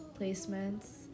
placements